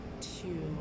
Two